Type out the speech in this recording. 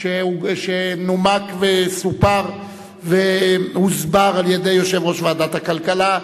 שנומקה וסופרה והוסברה על-ידי יושב-ראש ועדת הכלכלה,